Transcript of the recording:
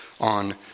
on